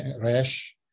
rash